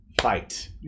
fight